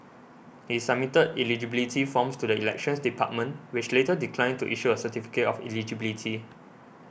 he submitted eligibility forms to the Elections Department which later declined to issue a certificate of eligibility